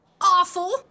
Awful